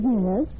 Yes